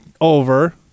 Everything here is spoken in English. over